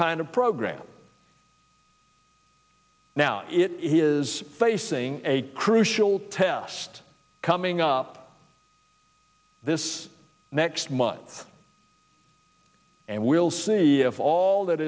kind of program now it is facing a crucial test coming up this next month and we'll see if all that